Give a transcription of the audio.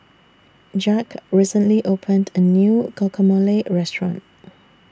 Jacque recently opened A New Guacamole Restaurant